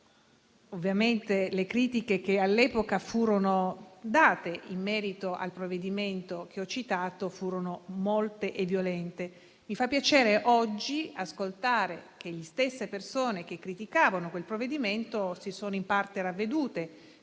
Ovviamente, le critiche che all'epoca furono rivolte in merito al provvedimento che ho citato furono violente. Mi fa piacere oggi ascoltare che le stesse persone che criticavano quel provvedimento si sono in parte ravvedute,